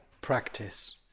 practice